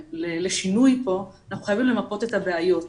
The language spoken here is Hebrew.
לשינוי פה, אנחנו חייבים למפות את הבעיות.